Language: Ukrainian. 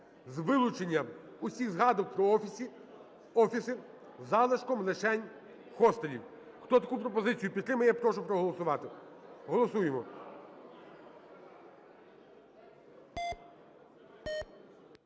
з вилученням усіх згадок про офіси, із залишком лишень хостелів. Хто таку пропозицію підтримує, я прошу проголосувати, голосуємо.